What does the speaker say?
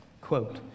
quote